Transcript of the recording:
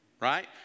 Right